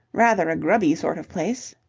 rather a grubby sort of place.